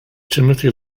timothy